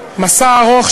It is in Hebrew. מסע ארוך,